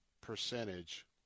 percentage